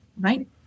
right